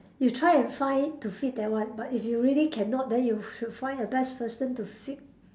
you try and find to fit that one but if you really cannot then you should find a best person to fit